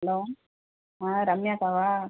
hello ஆ ரம்யா அக்காவா